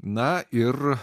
na ir